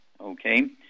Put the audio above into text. okay